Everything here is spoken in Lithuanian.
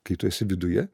kai tu esi viduje